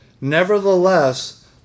Nevertheless